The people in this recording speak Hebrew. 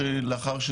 לא רק זה,